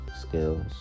skills